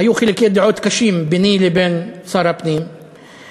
היו חילוקי דעות קשים ביני לבין שר הפנים,